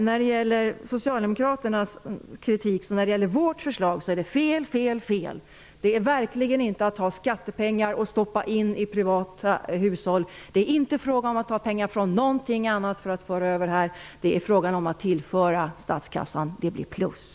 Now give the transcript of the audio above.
När det gäller socialdemokraternas kritik av vårt förslag vill jag säga: Det är fel, fel, fel. Det är verkligen inte att ta skattepengar och stoppa in i privata hushåll. Det är inte fråga om att ta pengar från någonting annat för att föra över här. Det är fråga om att tillföra statskassan. Det blir plus.